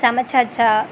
சமைச்சாச்சா